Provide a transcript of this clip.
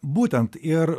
būtent ir